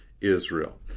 Israel